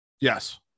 Yes